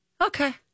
Okay